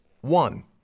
one